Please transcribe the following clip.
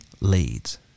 leads